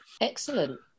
Excellent